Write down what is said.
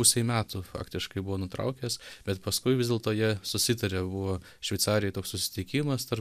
pusei metų faktiškai buvo nutraukęs bet paskui vis dėlto jie susitarė buvo šveicarijoj toks susitikimas tarp